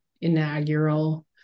inaugural